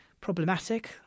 problematic